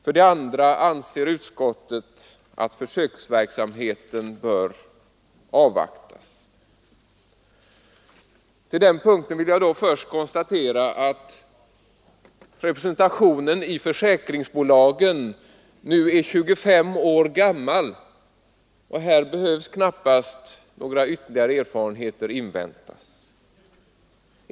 För det andra anser utskottet att försöksverksamheten bör avvaktas. Till det vill jag då först konstatera att representationen i försäkringsbola gen nu är 25 år gammal. Där behöver knappast några ytterligare erfarenheter inväntas.